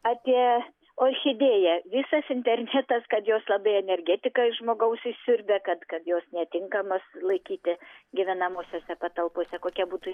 apie orchidėją visas internetas kad jos labai energetiką iš žmogaus išsiurbia kad kad jos netinkamos laikyti gyvenamosiose patalpose kokia būtų